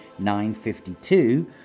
952